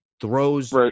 throws